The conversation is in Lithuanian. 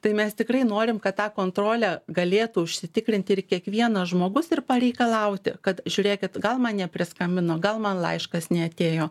tai mes tikrai norim kad tą kontrolę galėtų užsitikrinti ir kiekvienas žmogus ir pareikalauti kad žiūrėkit gal man nepriskambino gal man laiškas neatėjo